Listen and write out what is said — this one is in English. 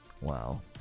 Wow